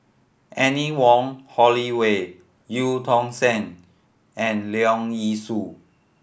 Anne Wong Holloway Eu Tong Sen and Leong Yee Soo